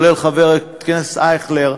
חבר הכנסת אייכלר,